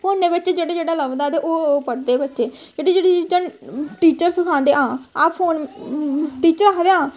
फोनै बिच्च जेह्ड़ा जेह्ड़ा लभदा ते ओह् ओह् पढ़दे बच्चे डिजटल टीचर सखांदे हां अस फोन टीचर आखदे हां